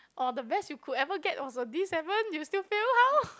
or the best you could ever get was a D seven you still fail how